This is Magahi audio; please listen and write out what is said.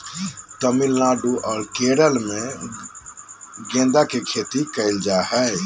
तमिलनाडु आर केरल मे गदा के खेती करल जा हय